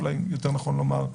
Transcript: אולי נכון יותר לומר,